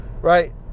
right